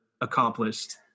accomplished